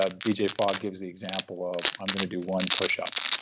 ah bj fogg gives the example of i'm going to do one pushup.